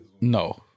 No